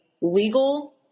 legal